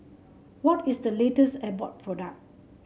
what is the latest Abbott product